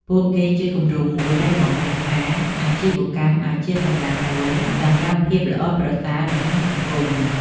ពួកគេជាគំរូមួយដែលបង្ហាញថាអាជីវកម្មអាចជាកម្លាំងមួយសម្រាប់ភាពល្អប្រសើរនៅក្នុងសង្គម ។